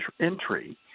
entry